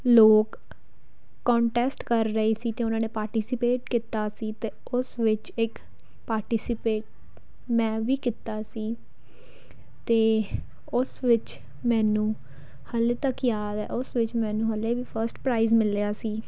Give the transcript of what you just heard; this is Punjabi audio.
ਲੋਕ ਕੋਂਟੈਸਟ ਕਰ ਰਹੇ ਸੀ ਅਤੇ ਉਹਨਾਂ ਨੇ ਪਾਰਟੀਸੀਪੇਟ ਕੀਤਾ ਸੀ ਅਤੇ ਉਸ ਵਿੱਚ ਇੱਕ ਪਾਰਟੀਸੀਪੇ ਮੈਂ ਵੀ ਕੀਤਾ ਸੀ ਅਤੇ ਉਸ ਵਿੱਚ ਮੈਨੂੰ ਹਾਲੇ ਤੱਕ ਯਾਦ ਹੈ ਉਸ ਵਿੱਚ ਮੈਨੂੰ ਹਾਲੇ ਵੀ ਫਸਟ ਪ੍ਰਾਈਜ ਮਿਲਿਆ ਸੀ